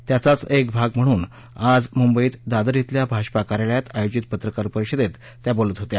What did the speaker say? त्याचाच एक भाग म्हणून आज मुंबईत दादर धिल्या भाजपा कार्यालयात आयोजित पत्रकार परिषदेत त्या बोलत होत्या